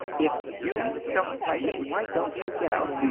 if you don't like it, why don't you get out, hm?